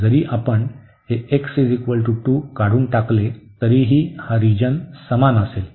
जरी आपण हे x 2 काढून टाकले तरीही हा रिजन समान असेल